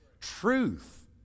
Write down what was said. Truth